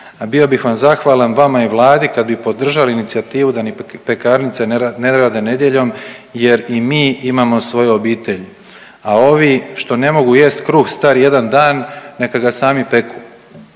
bio bih vam zahvalan vama i Vladi kad bi podržali inicijativu da ni pekarnice ne rade nedjeljom, jer i mi imamo svoju obitelj. A ovi što ne mogu jesti kruh star jedan dan, neka ga sami peku.